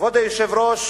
כבוד היושב-ראש,